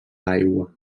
l’aigua